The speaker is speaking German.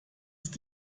ist